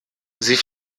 sie